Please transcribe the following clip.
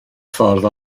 ffordd